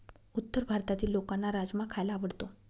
उत्तर भारतातील लोकांना राजमा खायला आवडतो